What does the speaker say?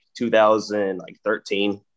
2013